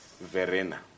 Verena